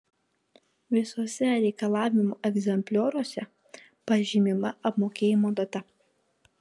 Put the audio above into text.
visuose reikalavimų egzemplioriuose pažymima apmokėjimo data